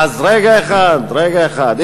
רגע אחד, רגע אחד.